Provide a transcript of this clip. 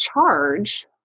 charge